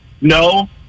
No